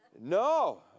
no